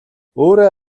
өөрөө